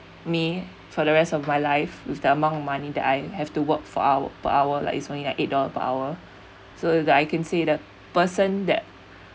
me for the rest of my life with the amount of money that I have to work for hour per hour like it's only eight dollar per hour so that I can say that person that